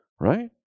right